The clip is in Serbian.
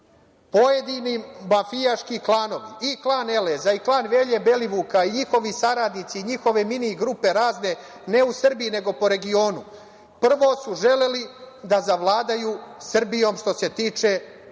pojedini mafijaški klanovi i klan Eleza i klan Velje Belivuka i njihovi saradnici i njihove mini grupe razne, ne u Srbiji nego po regionu, prvo su želeli da zavladaju Srbijom, što se tiče kontrole